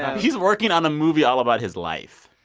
he's working on a movie all about his life,